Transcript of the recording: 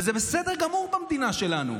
וזה בסדר גמור במדינה שלנו.